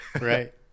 right